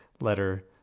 letter